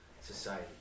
society